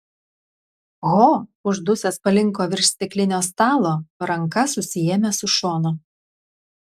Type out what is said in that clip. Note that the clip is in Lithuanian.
ho uždusęs palinko virš stiklinio stalo ranka susiėmęs už šono